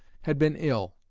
had been ill,